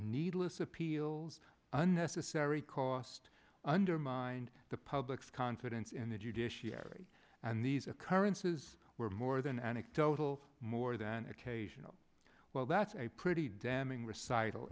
needless appeals unnecessary cost undermined the public's confidence in the judiciary and these occurrences were more than anecdotal more than occasional well that's a pretty damning recital